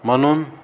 म्हणून